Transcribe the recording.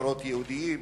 לבתי-קברות יהודיים,